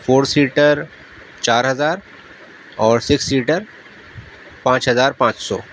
four seater چار ہزار اور سکس سیٹر پانچ ہزار پانچ سو